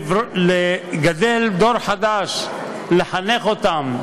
לגדל דור חדש, לחנך אותם.